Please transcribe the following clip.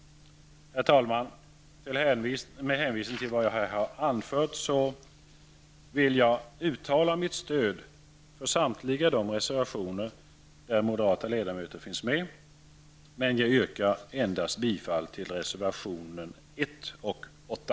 Herr talman! Med hänvisning till vad jag här anfört vill jag uttala mitt stöd för samtliga reservationer där moderata ledamöter finns med, men jag yrkar endast bifall till reservationerna 1 och 8.